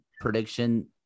prediction